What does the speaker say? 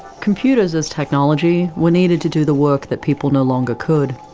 computers, as technology, were needed to do the work that people no longer could.